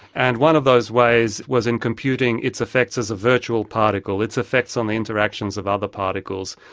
and one of those ways was in computing its effects as a virtual particle, its effects on the interactions of other particles.